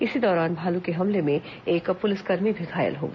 इसी दौरान भालू के हमले में एक पुलिसकर्मी भी घायल हो गया